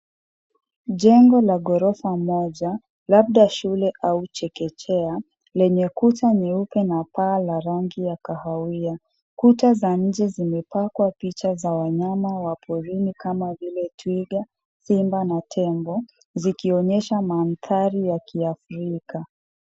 Jengo la ghorofa moja labda shule au chekechea lenye kuta nyeupe na paa la rangi ya kahawia. Kuta za nje zimepakwa picha za wanyama wa porini kama vile twiga, simba na tembo zikionyesha mandhari ya kiafrika.